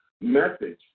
message